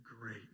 great